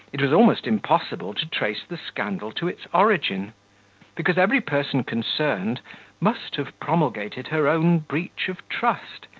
it was almost impossible to trace the scandal to its origin because every person concerned must have promulgated her own breach of trust,